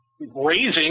raising